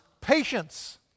Patience